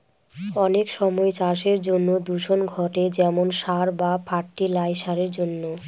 অনেক সময় চাষের জন্য দূষণ ঘটে যেমন সার বা ফার্টি লাইসারের জন্য